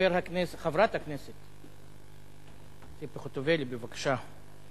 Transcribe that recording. חברת הכנסת ציפי חוטובלי, בבקשה.